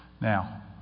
Now